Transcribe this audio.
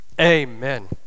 amen